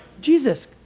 Jesus